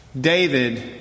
David